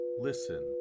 listen